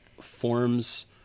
forms